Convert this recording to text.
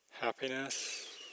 happiness